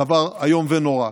דבר איום ונורא.